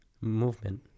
Movement